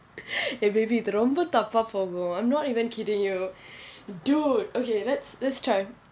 eh baby இது ரொம்ப தப்பா போகும்:ithu romba thappaa pokum I'm not even kidding you dude okay let's let's start